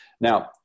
Now